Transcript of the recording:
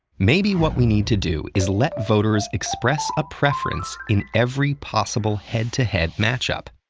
maybe what we need to do is let voters express a preference in every possible head-to-head matchup.